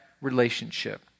relationship